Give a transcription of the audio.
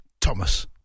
Thomas